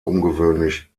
ungewöhnlich